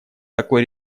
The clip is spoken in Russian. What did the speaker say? такой